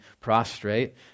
prostrate